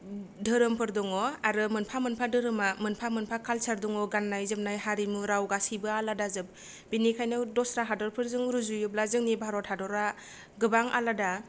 धोरोमफोर दङ आरो मोनफा मोनफा धोरोमा मोनफा मोनफा काल्सार दङ गान्नाय जोमनाय हारिमु राव गासैबो आलादाजोब बेनिखायनो दस्रा हादरफोरजों रुजुयोब्ला जोंनि भारत हादरा गोबां आलादा